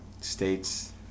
states